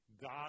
God